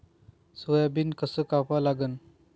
Soybean कस कापा लागन?